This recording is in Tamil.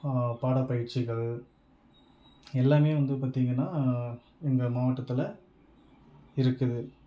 பாடப்பயிற்சிகள் எல்லாமே வந்து பார்த்திங்கன்னா எங்கள் மாவட்டத்தில் இருக்குது